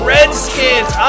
Redskins